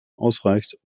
ausreicht